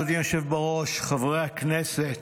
אדוני היושב בראש, חברי הכנסת,